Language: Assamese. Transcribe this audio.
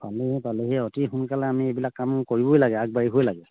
পালেহি পালেহি অতি সোনকালে আমি এইবিলাক কাম কৰিবই লাগে আগবাঢ়িবই লাগে